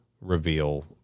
reveal